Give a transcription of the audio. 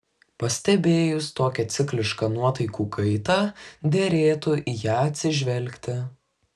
pastebėjus tokią ciklišką nuotaikų kaitą derėtų į ją atsižvelgti